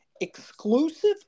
exclusive